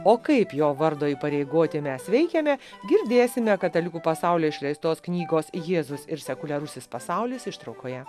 o kaip jo vardo įpareigoti mes veikiame girdėsime katalikų pasaulio išleistos knygos jėzus ir sekuliarusis pasaulis ištraukoje